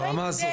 ברמה הזאת.